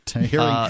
Hearing